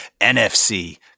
NFC